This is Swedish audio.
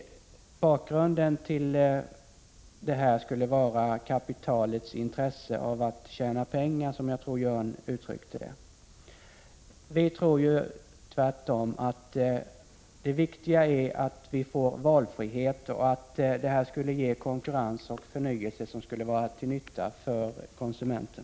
Bakgrunden till våra förslag skulle vara kapitalets intresse av att tjäna pengar, som jag tror att Jörn Svensson uttryckte det. Vi tror tvärtom att det viktiga är att få till stånd valfrihet, konkurrens och förnyelse, vilket skulle vara till nytta för konsumenten.